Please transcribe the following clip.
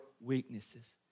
weaknesses